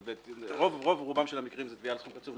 אבל רוב רובם של המקרים זו תביעה על סכום קצוב,